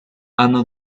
hanno